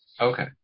Okay